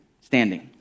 standing